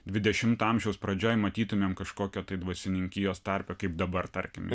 dvidešimto amžiaus pradžioj matytumėm kažkokio tai dvasininkijos tarpe kaip dabar tarkim